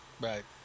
Right